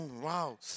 Wow